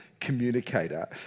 communicator